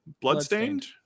bloodstained